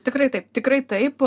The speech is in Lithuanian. tikrai taip tikrai taip